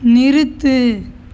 நிறுத்து